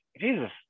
Jesus